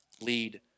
lead